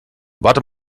warte